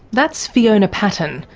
that's fiona patten,